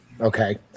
okay